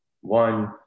one